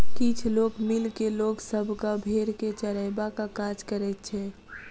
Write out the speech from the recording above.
किछ लोक मिल के लोक सभक भेंड़ के चरयबाक काज करैत छै